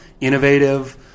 innovative